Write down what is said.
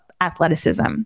athleticism